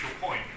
point